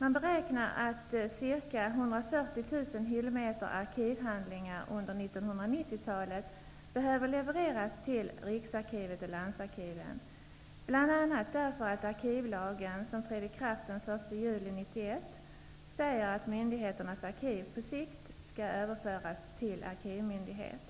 Man beräknar att ca 140 000 hyllmeter arkivhandlingar under 1990-talet behöver levereras till Riksarkivet och landsarkiven, bl.a. därför att enligt arkivlagen -- som trädde i kraft den 1 juli 1991 -- skall myndigheternas arkiv på sikt överföras till arkivmyndighet.